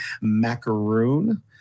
macaroon